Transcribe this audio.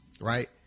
Right